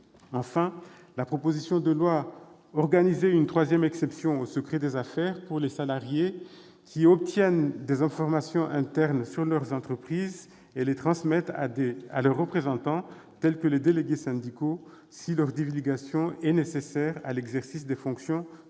Enfin, la proposition de loi organisait une troisième exception au secret des affaires pour les salariés obtenant des informations internes sur leur entreprise et les transmettant à leurs représentants, tels que les délégués syndicaux, si leur divulgation est « nécessaire » à l'exercice des fonctions dudit